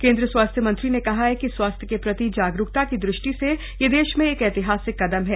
केन्द्रीय स्वास्थ्य मंत्री ने कहा कि स्वास्थ्य के प्रति जागरूकता की ृष्टि से यह देश में एक ऐतिहासिक कदम है